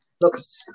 looks